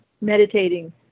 meditating